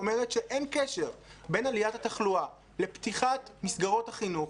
אומרת שאין קשר בין עליית התחלואה לפתיחת מסגרות החינוך,